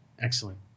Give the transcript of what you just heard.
excellent